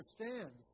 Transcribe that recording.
understands